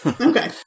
okay